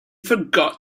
forgot